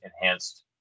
enhanced